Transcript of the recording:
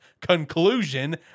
conclusion